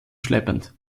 schleppend